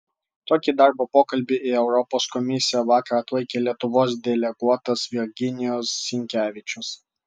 tokį darbo pokalbį į europos komisiją vakar atlaikė lietuvos deleguotas virginijus sinkevičius